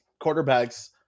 quarterbacks